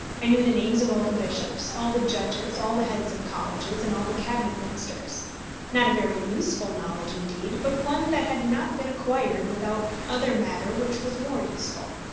i knew the names of all the bishops, all the judges, all the heads of colleges, and all the cabinet ministers not a very useful knowledge indeed, but one that had not been acquired without other matter which was more useful.